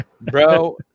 bro